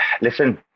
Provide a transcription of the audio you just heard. listen